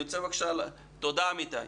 תודה, אמיתי.